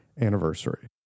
anniversary